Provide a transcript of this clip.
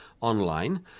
online